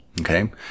Okay